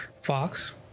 Fox